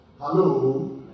Hello